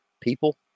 people